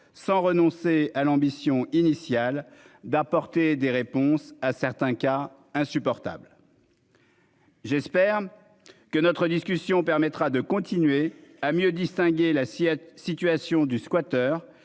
sans renoncer à l'ambition initiale d'apporter des réponses à certains cas insupportable. J'espère que notre discussion permettra de continuer à mieux distinguer la sieste situation du squatters